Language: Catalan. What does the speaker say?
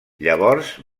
llavors